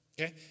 Okay